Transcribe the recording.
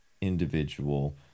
individual